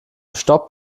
stopp